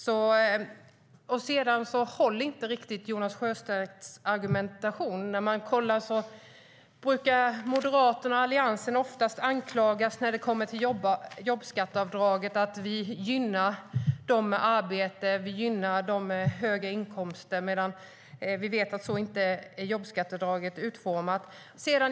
Jonas Sjöstedts argumentation håller inte riktigt. Moderaterna och Alliansen brukar oftast anklagas för att vi med jobbskatteavdraget gynnar dem med arbete och dem med höga inkomster, men vi vet att jobbskatteavdraget inte är utformat så.